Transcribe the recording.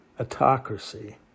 autocracy